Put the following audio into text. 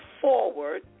forward